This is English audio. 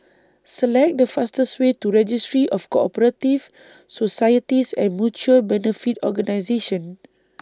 Select The fastest Way to Registry of Co Operative Societies and Mutual Benefit Organisations